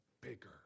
bigger